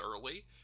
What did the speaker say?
early